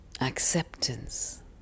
Acceptance